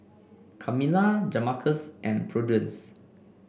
Kamila Jamarcus and Prudence